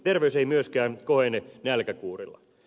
terveys ei myöskään kohene nälkäkuurilla